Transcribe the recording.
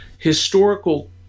historical